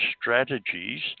strategies